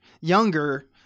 younger